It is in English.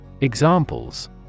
Examples